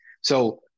So-